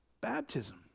Baptism